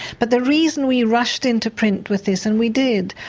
but the reason we rushed into print with this and we did,